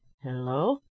Hello